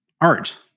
art